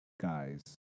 guys